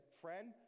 friend